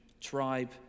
tribe